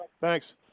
Thanks